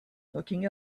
looking